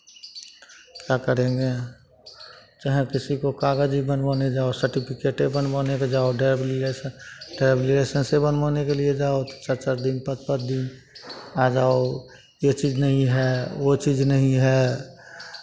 क्या करेंगे चाहे किसी को कागज़ ही बनवाने जाओ सर्टिफिकेटे बनवाने के जाओ ड्राइवरी लाइसेंस ड्राइवरी लाइसेंसे बनवाने के लिए जाओ तो चार चार दिन पाँच पाँच दिन आ जाओ ये चीज़ नहीं है वो चीज़ नहीं है